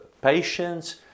patience